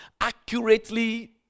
Accurately